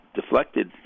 deflected